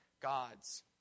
gods